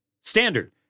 standard